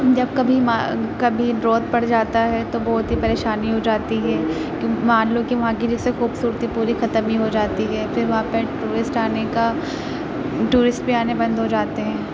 جب کبھی کبھی ڈراٹ پڑ جاتا ہے تو بہت ہی پریشانی ہو جاتی ہے مان لو کہ وہاں کی جس سے خوبصورتی پوری ختم ہی ہو جاتی ہے پھر وہاں پہ ٹورسٹ آنے کا ٹورسٹ بھی آنے بند ہو جاتے ہیں